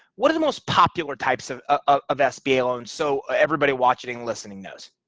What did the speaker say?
what of the most popular types of ah of sba loans? so everybody watching listening knows.